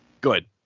Good